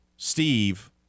Steve